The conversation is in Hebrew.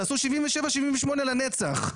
תעשו 77-78 לנצח.